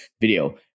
video